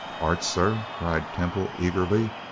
art, sir! cried temple eagerly.